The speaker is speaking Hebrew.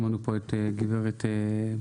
ושמענו פה את גב' סולל.